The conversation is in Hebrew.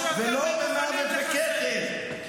ולא במוות וקטל,